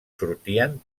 sortien